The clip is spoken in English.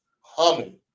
humming